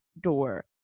door